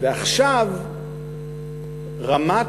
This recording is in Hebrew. ועכשיו רמת